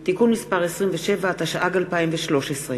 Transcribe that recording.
חברי הכנסת, היום, כ"ג בתמוז תשע"ג, 1 ביולי 2013,